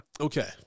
Okay